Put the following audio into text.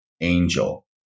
angel